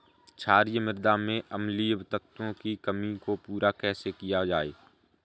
क्षारीए मृदा में अम्लीय तत्वों की कमी को पूरा कैसे किया जाए?